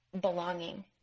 belonging